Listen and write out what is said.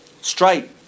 Straight